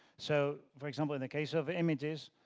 so for example, in the case of images,